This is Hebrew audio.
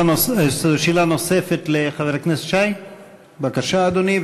שאלה נוספת לחבר הכנסת שי, בבקשה, אדוני.